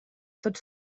tots